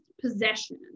possession